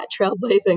trailblazing